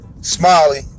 Smiley